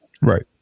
Right